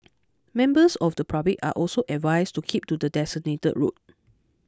members of the public are also advised to keep to the designated route